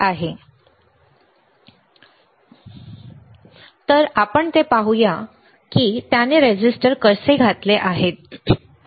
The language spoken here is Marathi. तर आपण ते पाहूया पुन्हा आपण पाहू की त्याने रेझिस्टर कसे घातले आहेत